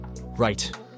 Right